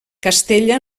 castella